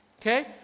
Okay